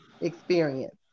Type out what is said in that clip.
experience